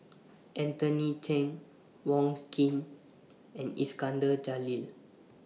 Anthony Chen Wong Keen and Iskandar Jalil